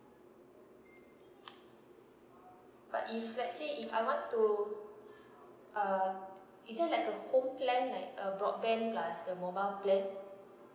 but if let's say if I want to uh it's there like a home plan like a broadband plus a mobile plan